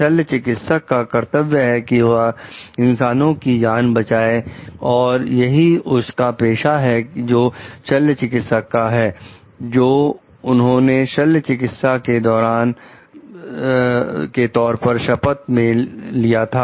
शल्य चिकित्सक का कर्तव्य है कि वह इंसानों की जान बचाई और यही उनका पेशा है जो शल्य चिकित्सक का है जो उन्होंने शल्य चिकित्सक के तौर पर शपथ ली है